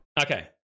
Okay